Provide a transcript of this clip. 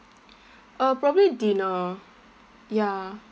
uh probably dinner ya